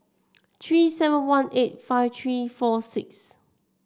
three seven one eight five three four six